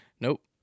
Nope